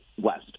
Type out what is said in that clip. West